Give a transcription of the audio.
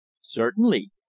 Certainly